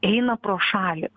eina pro šalį